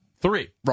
three